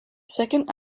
second